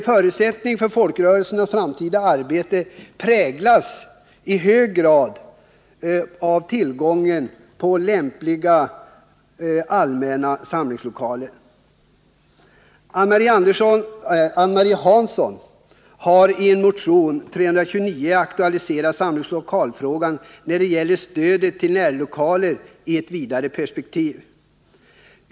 Förutsättningarna för folkrörelsernas framtida arbete präglas i hög grad av tillgången på lämpliga allmänna samlingslokaler. Ing-Marie Hansson har i motion 329 aktualiserat samlingslokalsfrågorna när det gäller stödet till närlokaler i ett vidare perspektiv.